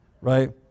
right